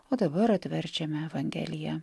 o dabar atverčiame evangeliją